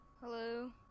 Hello